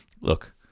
Look